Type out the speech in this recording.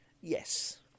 yes